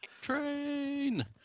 Train